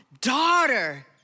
daughter